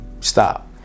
stop